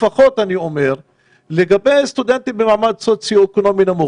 לפחות לגבי סטודנטים במעמד סוציו-אקונומי נמוך?